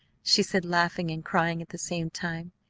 she said, laughing and crying at the same time.